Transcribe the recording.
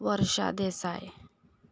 Varsha Desai